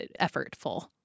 effortful